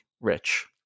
rich